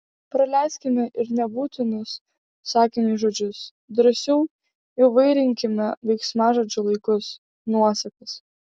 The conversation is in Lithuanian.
praleiskime ir nebūtinus sakiniui žodžius drąsiau įvairinkime veiksmažodžių laikus nuosakas